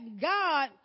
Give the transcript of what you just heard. god